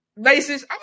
basis